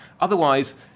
Otherwise